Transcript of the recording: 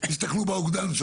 רבה.